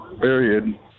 period